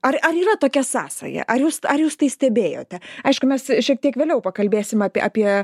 ar ar yra tokia sąsaja ar jūs ar jūs tai stebėjote aišku mes šiek tiek vėliau pakalbėsim apie apie